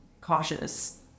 cautious